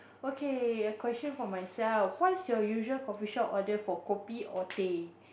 okay a question for myself what's your usual coffeeshop order for kopi or teh